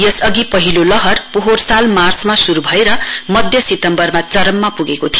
यस अघि पहिलो लहर पोहोर साल मार्चमा शुरु भएर मध्य सितम्बर चरममा पुगेको थियो